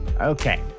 Okay